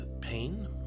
pain